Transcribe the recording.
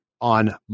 on